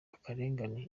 akarengane